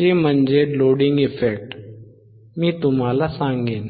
ते म्हणजे loading effect मी तुम्हाला सांगेन